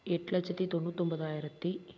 எட்டு லட்சத்தி தொண்ணூத்தொம்பதாயிரத்தி